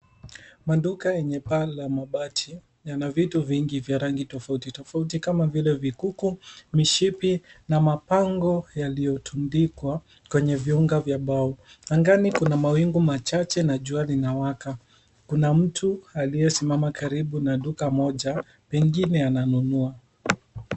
Maduka yenye paa la mabati yana vitu vingi vya rangi tofautitofauti. Kama vile vikuku, mishipi, na mapango yaliyotundikwa kwenye viunga vya mbao. Angani, kuna mawingu machache na jua linawaka. Kuna mtu aliyesimama karibu na duka moja, pengine ananunua.